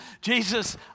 Jesus